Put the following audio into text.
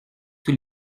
tous